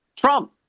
Trump